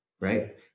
Right